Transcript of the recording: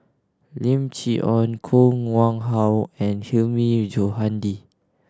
Lim Chee Onn Koh Nguang How and Hilmi Johandi